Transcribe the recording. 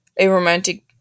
Aromantic